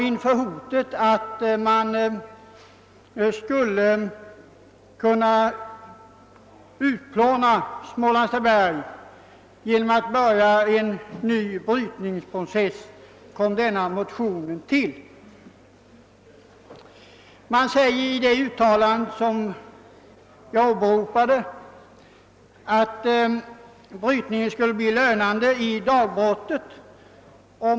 Inför hotet att Smålands Taberg skulle kunna utplånas genom att en ny brytningsprocess påbörjades väckte vi vår motion. I det uttalande som jag har åberopat sägs att brytningen skulle bli lönande i dagbrott.